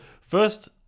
first